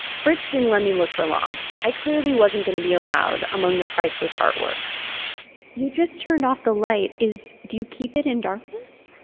fritz didn't let me look for long. i clearly wasn't going to be allowed among the priceless artwork you just turned off the light. is do you keep it in darkness?